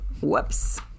Whoops